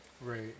Right